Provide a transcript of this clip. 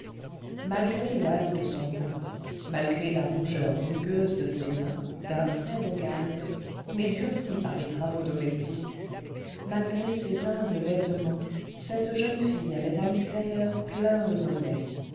malgré le hâle de son teint malgré la rougeur rugueuse de ses mains d'un très-beau galbe mais durcies par les travaux domestiques malgré ses humbles vêtements cette jeune fille avait un extérieur plein de noblesse